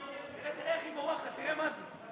תראה איך היא בורחת, תראה מה זה.